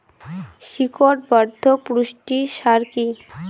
শিকড় বর্ধক পুষ্টি সার কি?